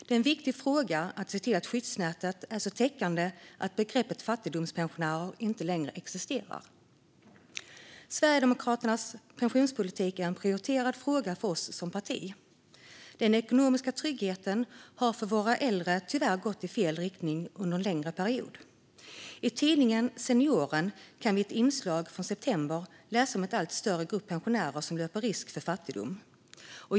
Det är en viktig fråga att se till att skyddsnäten är så täckande att begreppet fattigpensionär inte längre existerar. För Sverigedemokraterna är pensionspolitiken en prioriterad fråga. Den ekonomiska tryggheten har för våra äldre tyvärr gått i fel riktning under en längre period. I tidningen Senioren kan vi i en artikel från september läsa att en allt större grupp pensionärer löper risk för fattigdom.